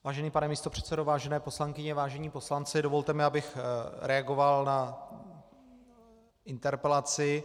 Vážený pane místopředsedo, vážené poslankyně, vážení poslanci, dovolte mi, abych reagoval na interpelaci.